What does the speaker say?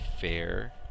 fair